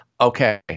okay